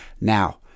Now